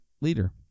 leader